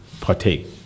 partake